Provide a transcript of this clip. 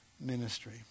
ministry